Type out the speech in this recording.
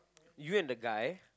you and the guy